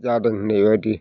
जादों होननाय बादि